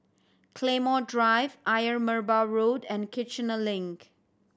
Claymore Drive Ayer Merbau Road and Kiichener Link